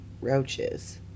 roaches